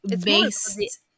based